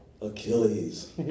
Achilles